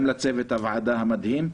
גם לצוות הוועדה המדהים.